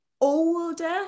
older